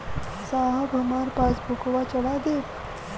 साहब हमार पासबुकवा चढ़ा देब?